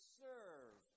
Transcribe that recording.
serve